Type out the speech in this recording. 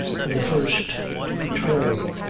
and the first to betray.